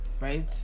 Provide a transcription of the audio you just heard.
Right